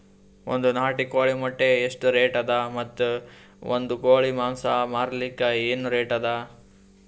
ಒಂದ್ ನಾಟಿ ಕೋಳಿ ಮೊಟ್ಟೆ ಎಷ್ಟ ರೇಟ್ ಅದ ಮತ್ತು ಒಂದ್ ಕೋಳಿ ಮಾಂಸ ಮಾರಲಿಕ ಏನ ರೇಟ್ ಅದ?